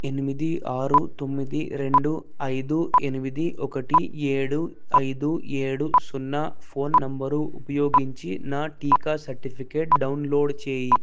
ఎనిమిది ఆరు తొమ్మిది రెండు ఐదు ఎనిమిది ఒకటి ఏడు ఐదు ఏడు సున్నా ఫోన్ నంబరు ఉపయోగించి నా టీకా సర్టిఫికేట్ డౌన్లోడ్ చేయి